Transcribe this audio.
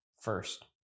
first